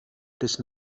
des